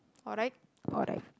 alright alright